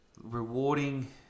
rewarding